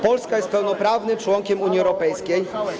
Polska jest pełnoprawnym członkiem Unii Europejskiej.